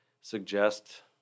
suggest